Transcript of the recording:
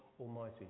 Almighty